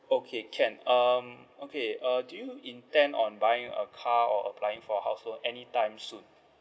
okay can um okay uh do you intend on buying a car or applying for house loan anytime soon